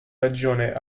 regione